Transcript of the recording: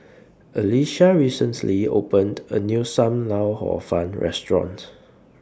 Alecia recently opened A New SAM Lau Hor Fun Restaurant